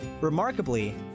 Remarkably